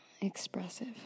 expressive